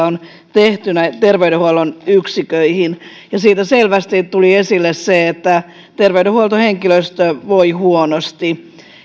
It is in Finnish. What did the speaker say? on tehty terveydenhuollon yksiköihin ja siitä selvästi tuli esille se että terveydenhuoltohenkilöstö voi huonosti